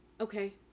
Okay